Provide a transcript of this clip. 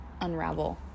unravel